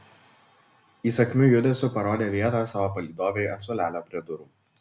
įsakmiu judesiu parodė vietą savo palydovei ant suolelio prie durų